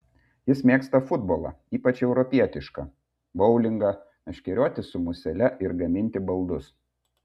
jis mėgsta futbolą ypač europietišką boulingą meškerioti su musele ir gaminti baldus